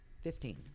Fifteen